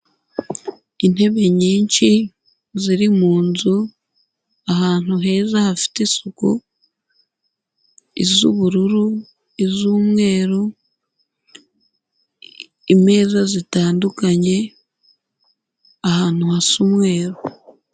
Intebe nyinshi ziri mu nzu ahantu heza hafite isuku, iz'ubururu, iz'umweru, imeza zitandukanye, ahantu hasa umweru.